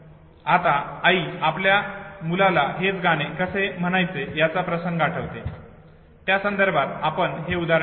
आता आई आपल्या मुलाला हेच गाणे कसे म्हणायचे याचा प्रसंग आठवते त्या संदर्भात आपण हे उदाहरण पाहू